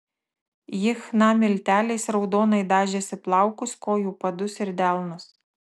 ji chna milteliais raudonai dažėsi plaukus kojų padus ir delnus